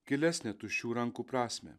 gilesnę tuščių rankų prasmę